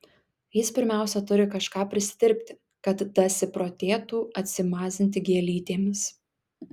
jis pirmiausia turi kažką prisidirbti kad dasiprotėtų atsimazinti gėlytėmis